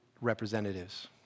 representatives